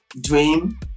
dream